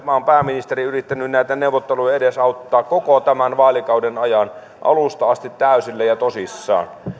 maan pääministeri yrittäneet näitä neuvotteluja edesauttaa koko tämän vaalikauden ajan alusta asti täysillä ja tosissaan